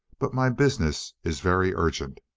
but my business is very urgent,